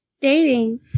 dating